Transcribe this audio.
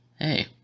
hey